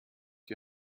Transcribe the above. die